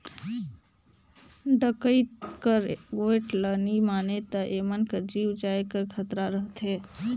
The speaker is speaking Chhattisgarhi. डकइत कर गोएठ ल नी मानें ता एमन कर जीव जाए कर खतरा रहथे